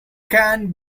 can